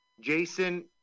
Jason